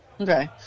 Okay